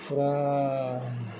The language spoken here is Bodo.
फुरा